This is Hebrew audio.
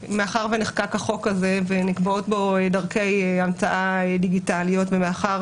ונחקק החוק הזה ונקבעות בו דרכי המצאה דיגיטליות ומאחר